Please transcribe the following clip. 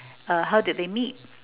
uh how did they meet